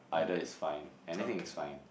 either is fine anything is fine